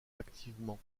activement